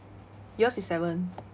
yours is seven